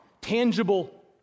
tangible